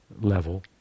level